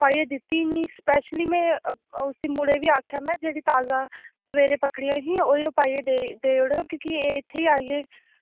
पाइयै दित्ती ही नी स्पैशली में ओह् उसी मुड़े गी बी आक्खेआ महां जेह्ड़ी ताज़ा सवेरे पकड़ी ही उ'यै पाइयै देई देई ओड़ी की के एह् इत्थें ई आइयै